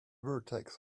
vertex